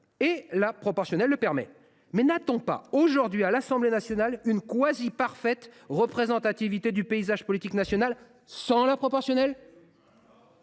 et la proportionnelle la permet. Mais n’a t on pas aujourd’hui à l’Assemblée nationale une quasi parfaite représentativité du paysage politique national sans la proportionnelle ?